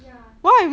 ya